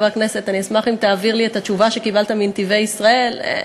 אני אשמח אם תעביר לי את התשובה שקיבלת מ"נתיבי ישראל".